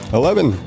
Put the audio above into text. eleven